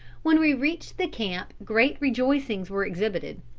when we reached the camp great rejoicings were exhibited.